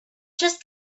just